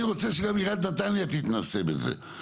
אני רוצה שגם עיריית נתניה תתנסה בזה,